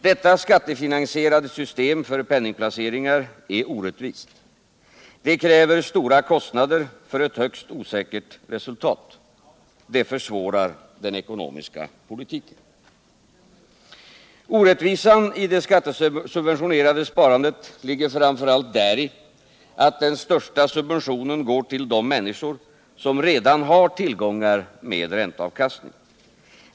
Detta skattefinansierade system för penningplaceringar är orättvist. Det kräver stora kostnader för ett högst osäkert resultat. Det försvårar den ekonomiska politiken. Orättvisan i det skattesubventionerade sparandet ligger framför allt däri att den största subventionen går till de människor som redan har tillgångar med ränteavkastning.